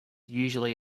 usually